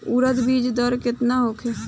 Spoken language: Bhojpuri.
उरद बीज दर केतना होखे?